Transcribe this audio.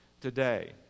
today